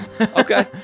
okay